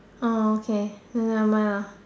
oh okay then nevermind lah